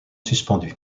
suspendu